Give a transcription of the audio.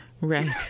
Right